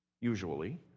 usually